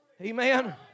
Amen